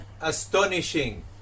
Astonishing